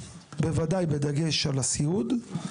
בוודאי בדגש על הסיעוד,